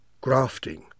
grafting